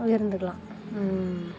இருந்துக்கலாம் ம்